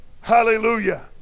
Hallelujah